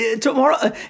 tomorrow